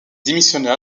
démissionna